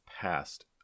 past